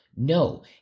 No